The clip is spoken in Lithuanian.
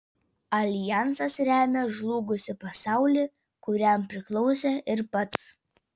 aljansas remia žlugusį pasaulį kuriam priklausė ir pats